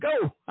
go